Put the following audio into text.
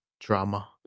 drama